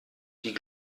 die